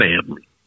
family